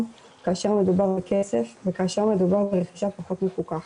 כאשר מדובר בכסף וכאשר מדובר ברכישה פחות מפוקחת.